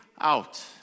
out